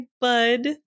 bud